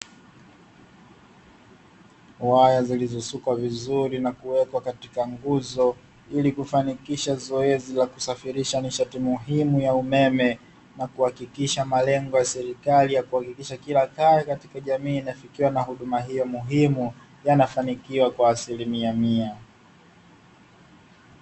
Waya zilizosukwa vizuri na kuwekwa katika nguzo, ili kufanikisha zoezi la kusafirisha nishati muhimu ya umeme, na kuhakikisha malengo ya serikali ya kuhakikisha kila kaya katika jamii inafikiwa na huduma hiyo muhimu, yanafanikiwa kwa asilimia mia.